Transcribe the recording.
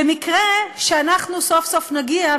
במקרה שאנחנו סוף-סוף נגיע,